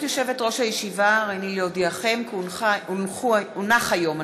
אין מתנגדים ואין נמנעים.